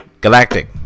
Galactic